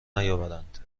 نیاورند